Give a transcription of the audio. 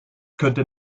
könnte